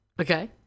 Okay